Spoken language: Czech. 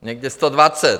Někde 120.